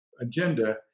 agenda